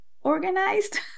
organized